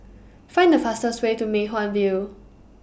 Find The fastest Way to Mei Hwan View